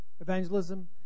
Evangelism